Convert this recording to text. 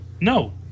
No